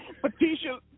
Patricia –